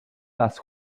las